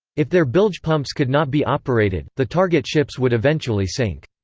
if their bilge pumps could not be operated, the target ships would eventually sink.